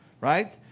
right